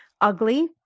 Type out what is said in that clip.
ugly